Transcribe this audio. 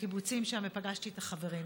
והקיבוצים שם ופגשתי את החברים.